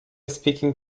speaking